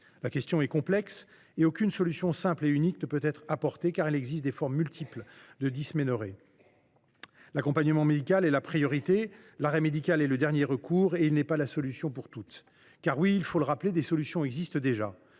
La question est complexe et aucune solution simple et unique ne peut être apportée, car il existe des formes multiples de dysménorrhées. L’accompagnement médical est la priorité ; l’arrêt médical est le dernier recours et il n’est pas la solution pour toutes. Car oui, il faut le rappeler, des solutions existent déjà.